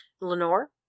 Lenore